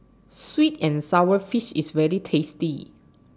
Sweet and Sour Fish IS very tasty